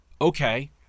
Okay